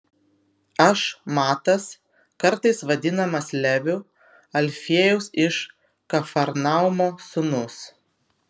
aš matas kartais vadinamas leviu alfiejaus iš kafarnaumo sūnus